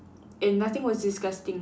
and nothing was disgusting